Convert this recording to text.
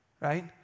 right